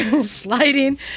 sliding